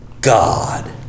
God